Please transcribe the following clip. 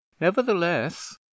Nevertheless